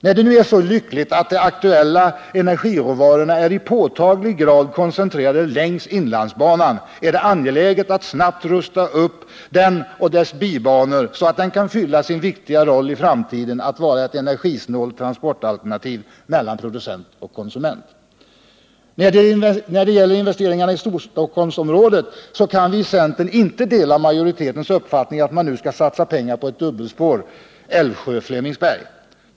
När det nu är så lyckligt att de aktuella energiråvarorna i påtaglig grad är koncentrerade längs inlandsbanan är det angeläget att snabbt rusta upp den och dess bibanor så att den kan fylla sin viktiga roll i framtiden att vara ett energisnålt transportalternativ mellan producent och konsument. När det gäller investeringarna i Storstockholmsområdet kan vi i centern inte dela majoritetens uppfattning att man nu skall satsa pengar på ett dubbelspår Älvsjö-Flemingsberg.